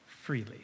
freely